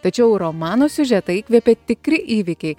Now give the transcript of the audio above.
tačiau romano siužetą įkvėpė tikri įvykiai